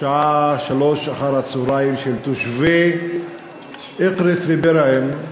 הפגנה של תושבי אקרית ובירעם,